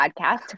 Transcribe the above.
podcast